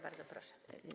Bardzo proszę.